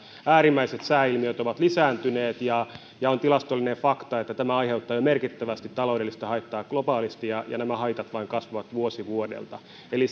äärimmäiset sääilmiöt ovat lisääntyneet ja ja on tilastollinen fakta että tämä aiheuttaa jo merkittävästi taloudellista haittaa globaalisti ja ja nämä haitat vain kasvavat vuosi vuodelta eli